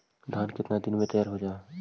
धान केतना दिन में तैयार हो जाय है?